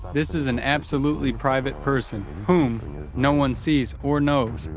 this is an absolutely private person, whom no one sees or knows,